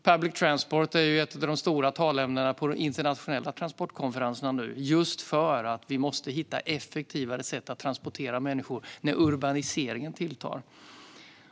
Public transport är ett av de stora taleämnena på internationella transportkonferenser nu, just för att vi måste hitta effektivare sätt att transportera människor när urbaniseringen tilltar.